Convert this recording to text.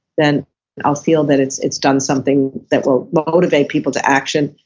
then i'll feel that it's it's done something that will motivate people to action,